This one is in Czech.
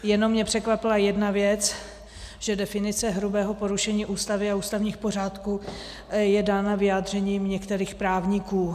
Jenom mě překvapila jedna věc, že definice hrubého porušení Ústavy a ústavních pořádků je dána vyjádřením některých právníků.